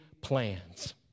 plans